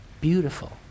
beautiful